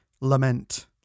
lament